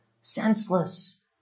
Senseless